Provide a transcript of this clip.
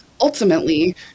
ultimately